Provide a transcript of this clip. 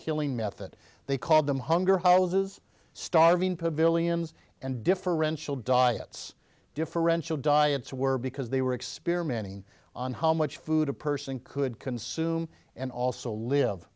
killing method they called them hunger howells's starving pavilions and differential diets differential diets were because they were experimenting on how much food a person could consume and also live